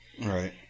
Right